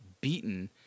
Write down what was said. beaten